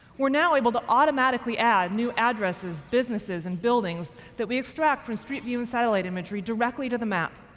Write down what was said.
we're now able to automatically add new addresses, businesses, and buildings that we extract from street view and satellite imagery directly to the map.